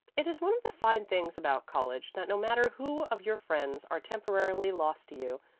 it is one of the fine things about college that no matter who of your friends are temporarily lost to you,